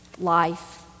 Life